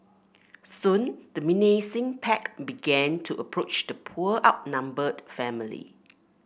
soon the menacing pack began to approach the poor outnumbered family